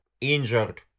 injured